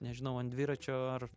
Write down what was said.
nežinau ant dviračio ar